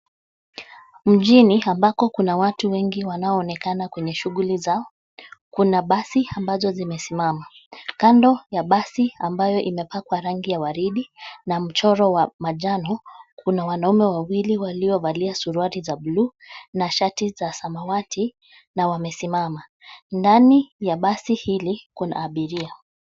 Mjini ambako kuna watu wengi wanaoonekana kwenye shughuli zao. Kuna basi ambazo zimesimama. Kando ya basi ambayo imepakwa rangi ya waridi na mchoro wa majano kuna wanaume wawili walio valia suruari za bluu na shati za samawati na wamesimama. Ndani ya basi hili kuna abiria.